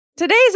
Today's